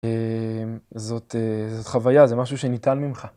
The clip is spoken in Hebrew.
זאת חוויה, זה משהו שניטל ממך.